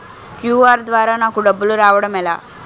QR ద్వారా నాకు డబ్బులు రావడం ఎలా?